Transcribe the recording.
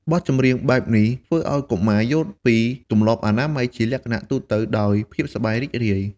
បទចម្រៀងបែបនេះធ្វើឲ្យកុមារយល់ពីទម្លាប់អនាម័យជាលក្ខណៈទូទៅដោយភាពសប្បាយរីករាយ។